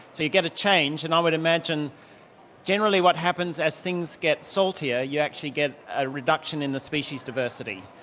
so you get a change. and i um would imagine generally what happens as things get saltier you actually get a reduction in the species diversity.